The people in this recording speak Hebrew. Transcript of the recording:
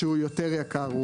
שהוא יותר יקר,